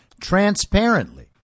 transparently